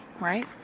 right